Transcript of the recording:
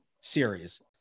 series